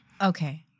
Okay